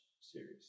series